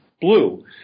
blue